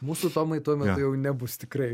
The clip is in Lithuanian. mūsų tomai tomai tai jau nebus tikrai